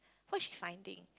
what she finding